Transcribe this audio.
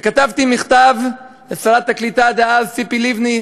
וכתבתי מכתב לשרת הקליטה דאז, ציפי לבני,